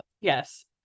yes